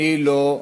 אני לא,